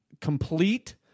complete